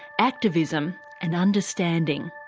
activism and understanding.